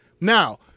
Now